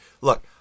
look